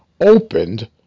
opened